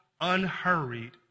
unhurried